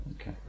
Okay